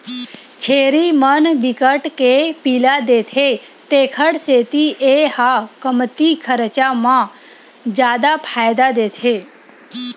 छेरी मन बिकट के पिला देथे तेखर सेती ए ह कमती खरचा म जादा फायदा देथे